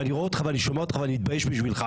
ואני רואה אותך ואני שומע אותך ואני מתבייש בשבילך.